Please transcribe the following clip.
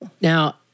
Now